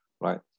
right